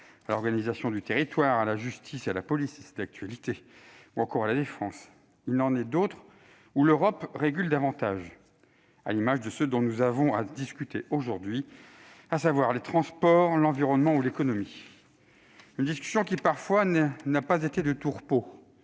à l'organisation du territoire, à la justice, à la police- c'est d'actualité ! -ou encore à la défense. Mais il en est d'autres où l'Europe régule davantage, à l'image de ceux dont nous avons à discuter aujourd'hui, c'est-à-dire les transports, l'environnement ou l'économie. La discussion n'a pas toujours été de tout